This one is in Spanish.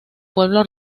pueblo